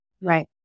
right